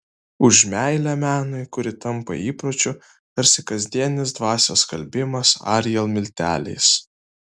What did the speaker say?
už meilę menui kuri tampa įpročiu tarsi kasdienis dvasios skalbimas ariel milteliais